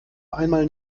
einmal